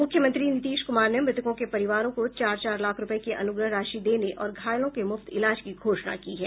मुख्यमंत्री नीतीश कुमार ने मृतकों के परिवारों को चार चार लाख रुपये अनुग्रह राशि देने और घायलों के मुफ्त इलाज की घोषणा की है